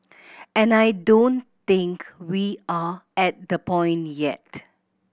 and I don't think we are at the point yet